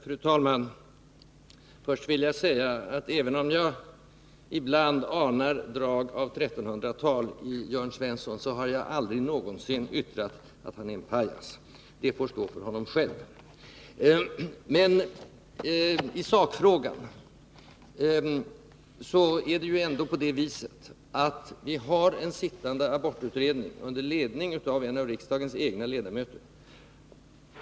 Fru talman! Först vill jag säga att även om jag ibland anar drag av 1300-tal hos Jörn Svensson, har jag aldrig någonsin yttrat att han är en pajas. Det omdömet får stå för honom själv. I sakfrågan är det ju ändå på det viset att vi har en sittande abortutredning under ledning av en av riksdagens ledamöter.